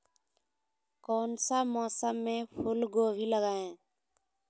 कौन सा मौसम में फूलगोभी लगाए?